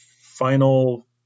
final